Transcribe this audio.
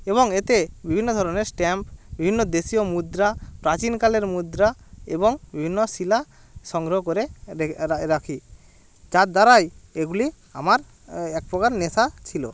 এবং এতে বিভিন্ন ধরনের স্ট্যাম্প বিভিন্ন দেশীয় মুদ্রা প্রাচীনকালের মুদ্রা এবং বিভিন্ন শিলা সংগ্রহ করে রাখি যার দ্বারাই এগুলি আমার একপ্রকার নেশা ছিল